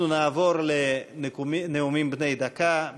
אנחנו נעבור לנאומים בני דקה.